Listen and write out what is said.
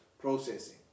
processing